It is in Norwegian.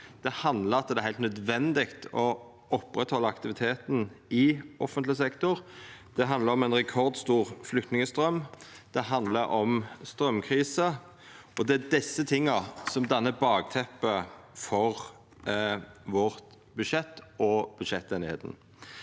Det handlar om at det er heilt nødvendig å oppretthalda aktiviteten i offentleg sektor. Det handlar om ein rekordstor flyktningstraum. Det handlar om straumkrisa. Det er desse tinga som dannar bakteppet for vårt budsjett og budsjetteinigheita.